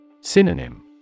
Synonym